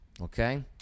Okay